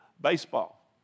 baseball